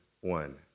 one